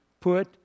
put